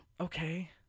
Okay